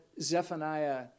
Zephaniah